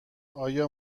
ایا